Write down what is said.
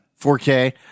4K